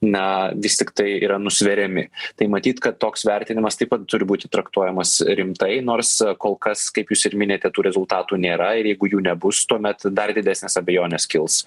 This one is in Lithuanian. na vis tiktai yra nusveriami tai matyt kad toks vertinimas taip pat turi būti traktuojamas rimtai nors kol kas kaip jūs ir minėjote tų rezultatų nėra ir jeigu jų nebus tuomet dar didesnės abejonės kils